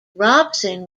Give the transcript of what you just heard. robson